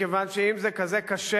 מכיוון שאם זה כזה קשה,